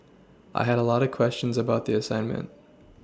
I had a lot of questions about the assignment